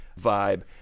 vibe